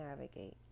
navigate